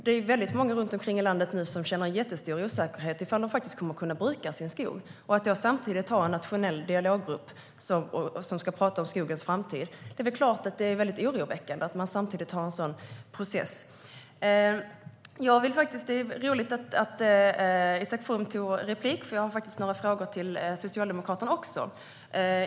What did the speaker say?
Det är väldigt många runt omkring i landet som nu känner en jättestor osäkerhet inför om de kommer att kunna bruka sin skog. Samtidigt finns det en nationell dialoggrupp som ska diskutera om skogens framtid. Det är klart att det är väldigt oroväckande att ha en sådan process. Det är roligt att Isak From begärde replik. Jag har faktiskt några frågor till Socialdemokraterna.